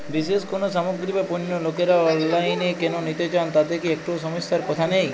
বিশেষ কোনো সামগ্রী বা পণ্য লোকেরা অনলাইনে কেন নিতে চান তাতে কি একটুও সমস্যার কথা নেই?